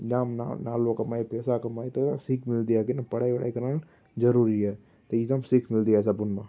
जाम ना नालो कमाए पियो असांखे न हिते सीख मिलंदी आहे की न पढ़ाई वढ़ाई करणु ज़रूरी आहे त हीउ जाम सीख मिलंदी आहे सभिनि मां